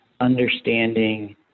understanding